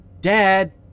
Dad